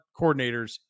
coordinators